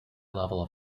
levels